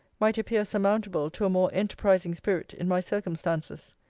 might appear surmountable to a more enterprising spirit in my circumstances.